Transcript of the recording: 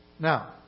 Now